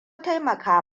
taimaka